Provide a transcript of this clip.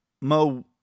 Mo